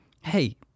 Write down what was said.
hey